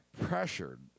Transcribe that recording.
pressured